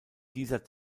dieser